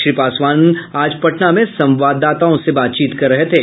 श्री पासवान आज पटना में संवाददाताओं से बातचीत कर रहे थे